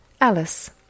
Alice